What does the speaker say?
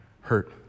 hurt